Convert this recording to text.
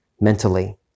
mentally